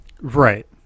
right